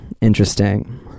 interesting